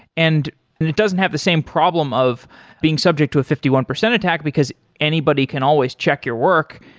and and it doesn't have the same problem of being subject to a fifty one percent attack, because anybody can always check your work.